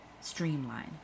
streamline